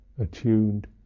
attuned